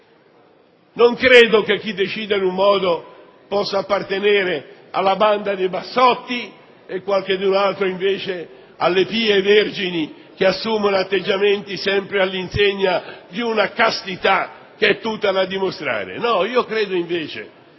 Non credo che chi decida in un modo possa appartenere alla Banda Bassotti e qualcun'altro alle pie vergini, che assumono atteggiamenti sempre all'insegna di una castità che è tutta da dimostrare. Credo, invece,